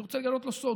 אני רוצה לגלות לו סוד,